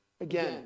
again